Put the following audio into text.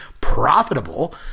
profitable